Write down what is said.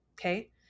Okay